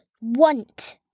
want